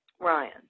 Ryan